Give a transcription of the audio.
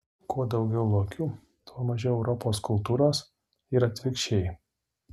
kuo daugiau lokių tuo mažiau europos kultūros ir atvirkščiai